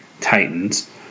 Titans